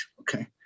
okay